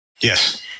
Yes